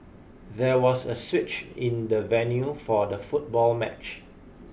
there was a switch in the venue for the football match